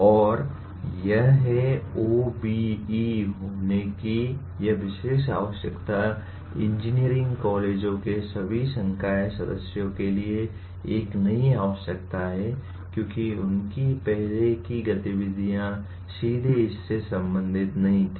और यह है OBE होने की यह विशेष आवश्यकता इंजीनियरिंग कॉलेजों के सभी संकाय सदस्यों के लिए एक नई आवश्यकता है क्योंकि उनकी पहले की गतिविधियाँ सीधे इससे संबंधित नहीं थीं